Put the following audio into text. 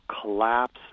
collapse